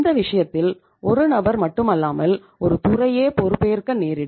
இந்த விஷயத்தில் ஒரு நபர் மட்டுமல்லாமல் ஒரு துறையே பொறுப்பேற்க நேரிடும்